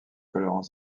colorant